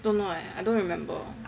oh don't know eh I don't remember